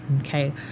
Okay